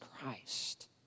Christ